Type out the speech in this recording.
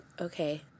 okay